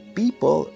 people